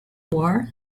war